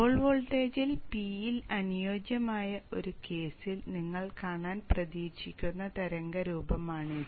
Paul വോൾട്ടേജിൽ P യിൽ അനുയോജ്യമായ ഒരു കേസിൽ നിങ്ങൾ കാണാൻ പ്രതീക്ഷിക്കുന്ന തരംഗ രൂപമാണിത്